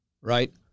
right